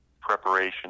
preparation